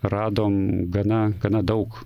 radom gana gana daug